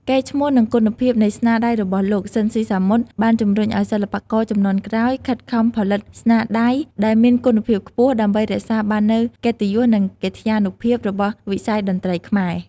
កេរ្តិ៍ឈ្មោះ និងគុណភាពនៃស្នាដៃរបស់លោក ស៊ីន ស៊ីសាមុត បានជំរុញឱ្យសិល្បករជំនាន់ក្រោយខិតខំផលិតស្នាដៃដែលមានគុណភាពខ្ពស់ ដើម្បីរក្សាបាននូវកិត្តិយស និងកិត្យានុភាពរបស់វិស័យតន្ត្រីខ្មែរ ។